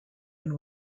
and